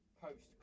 post